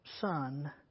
son